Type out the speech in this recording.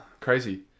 Crazy